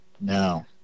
No